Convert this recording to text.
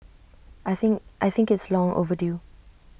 I think I think it's long overdue